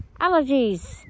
allergies